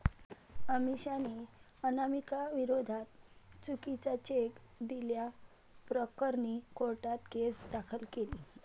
अमिषाने अनामिकाविरोधात चुकीचा चेक दिल्याप्रकरणी कोर्टात केस दाखल केली